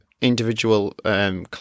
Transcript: individual